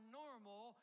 normal